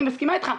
אני מסכימה אתך,